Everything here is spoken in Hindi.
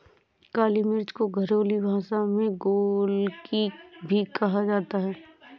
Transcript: काली मिर्च को घरेलु भाषा में गोलकी भी कहा जाता है